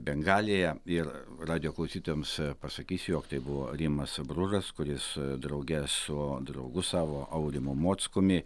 bengaliją ir radijo klausytojams pasakysiu jog tai buvo rimas bružas kuris drauge su draugu savo aurimu mockumi